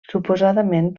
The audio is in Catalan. suposadament